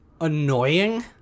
annoying